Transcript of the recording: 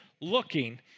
looking